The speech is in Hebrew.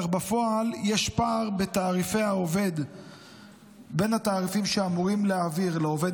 אך בפועל יש פער בין התעריפים שאמורים להעביר לעובד